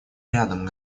рядом